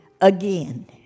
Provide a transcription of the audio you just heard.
again